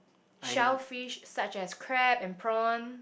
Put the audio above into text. shellfish such as crab and prawn